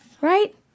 Right